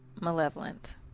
malevolent